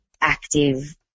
active